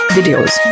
Videos